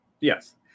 Yes